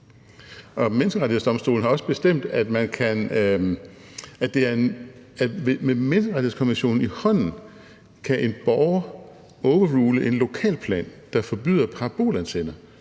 Menneskerettighedsdomstolen har også bestemt, at med menneskerettighedskonventionen i hånden kan en borger overrule en lokalplan, der forbyder parabolantenner,